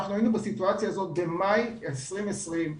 אנחנו היינו בסיטואציה הזאת במאי 2020,